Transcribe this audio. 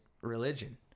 religion